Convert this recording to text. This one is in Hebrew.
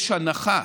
יש הנחה